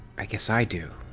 i guess i do.